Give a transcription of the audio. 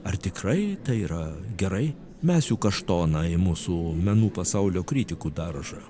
ar tikrai tai yra gerai mesiu kaštoną į mūsų menų pasaulio kritikų daržą